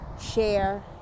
share